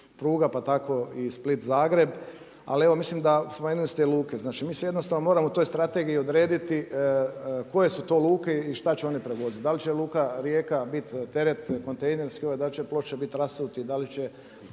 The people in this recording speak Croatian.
pruga pa tako i Split-Zagreb. Ali evo mislim da …/Govornik se ne razumije./… luke. Znači mi se jednostavno moramo u toj strategiji odrediti koje su to luke i šta će oni prevoziti. Da li će luka Rijeka biti teret kontejnerski, da li će Ploče biti rasuti, da li će